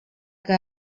que